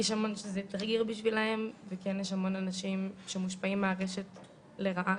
יש המון שזה טריגר בשבילם וכן יש המון אנשים שמושפעים מהרשת לרעה,